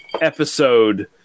episode